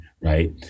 right